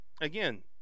again